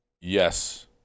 yes